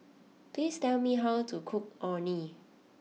please tell me how to cook Orh Nee